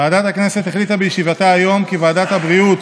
ועדת הכנסת החליטה בישיבתה היום כי ועדת הבריאות